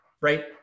right